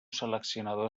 seleccionador